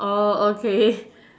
okay